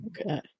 Okay